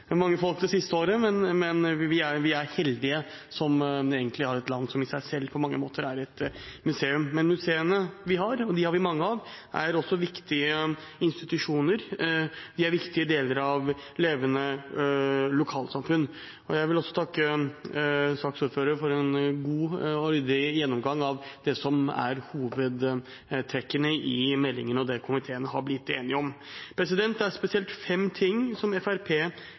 mange det siste året, men vi er heldige som har et land som i seg selv på mange måter er et museum. Museene vi har – og dem har vi mange av – er også viktige institusjoner. De er viktige deler av levende lokalsamfunn. Jeg vil også takke saksordføreren for en god og ryddig gjennomgang av det som er hovedtrekkene i meldingen, og det komiteen er blitt enig om. Det er spesielt fem ting